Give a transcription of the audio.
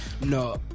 no